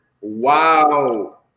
Wow